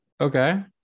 Okay